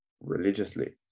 religiously